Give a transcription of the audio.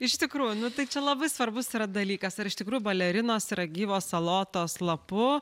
iš tikrųjų nu tai čia labai svarbus yra dalykas ar iš tikrųjų balerinos yra gyvos salotos lapu